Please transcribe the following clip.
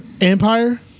Empire